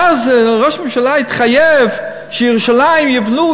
ואז ראש הממשלה התחייב שבירושלים יבנו,